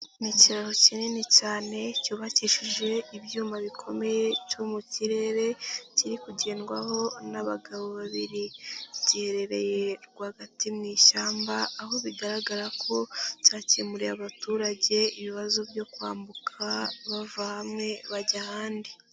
Ni ikiraro kinini cyane cyubakishije ibyuma bikomeye cyo mu kirere kiri kugendwaho n'abagabo babiri. Giherereye rwagati mu ishyamba, aho bigaragara ko cyakemuriye abaturage ibibazo byo kwambuka bava hamwe bajya ahandi.